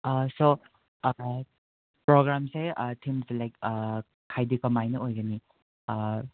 ꯁꯣ ꯄ꯭ꯔꯣꯒ꯭ꯔꯥꯝꯁꯦ ꯊꯤꯝ ꯁꯦꯂꯦꯛ ꯍꯥꯏꯗꯤ ꯀꯃꯥꯏꯅ ꯑꯣꯏꯒꯅꯤ